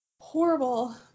horrible